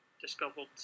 discovered